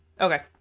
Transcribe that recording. Okay